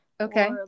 okay